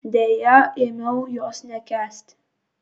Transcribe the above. deja ėmiau jos nekęsti